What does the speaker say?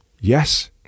yes